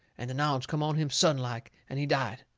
and the knowledge come on him sudden like, and he died.